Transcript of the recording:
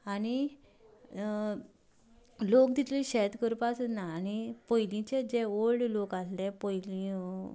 आनी लोक तितले शेत करपाक सोदना आनी पयलींचे जे ऑल्ड लोक आसले पयलीं